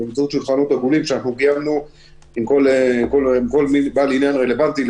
באמצעות שולחנות עגולים שאנחנו קיימנו עם כל בעל עניין רלוונטי,